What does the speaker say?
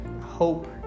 hope